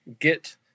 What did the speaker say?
get